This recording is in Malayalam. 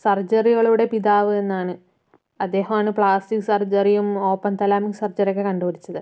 സർജറികളുടെ പിതാവ് എന്നാണ് അദ്ദേഹമാണ് പ്ലാസ്റ്റിക് സർജറിയും ഓപ്പൺ തലാമിക് സർജറി ഒക്കെ കണ്ടുപിടിച്ചത്